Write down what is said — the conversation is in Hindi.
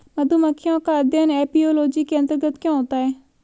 मधुमक्खियों का अध्ययन एपियोलॉजी के अंतर्गत क्यों होता है?